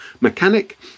mechanic